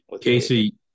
Casey